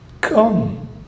Come